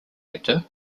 actor